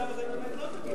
המצב הזה באמת לא תקין.